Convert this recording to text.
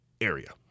area